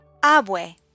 Abue